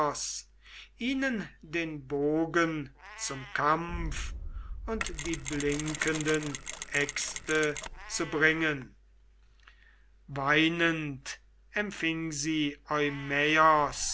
ihnen den bogen zum kampf und die blinkenden äxte zu bringen weinend empfing sie